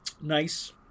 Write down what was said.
nice